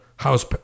House